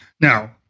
Now